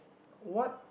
what